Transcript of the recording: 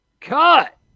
Cut